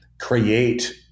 create